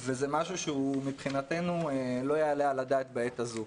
וזה משהו שמבחינתנו לא יעלה על הדעת בעת הזאת,